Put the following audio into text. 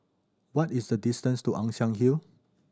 what is the distance to Ann Siang Hill